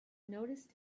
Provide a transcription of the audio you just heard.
noticed